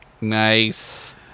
Nice